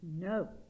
No